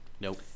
Nope